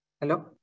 Hello